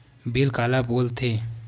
Bill काला बोल थे?